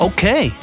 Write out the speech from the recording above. Okay